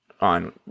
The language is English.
on